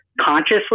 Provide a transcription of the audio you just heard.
consciously